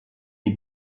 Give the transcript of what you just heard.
des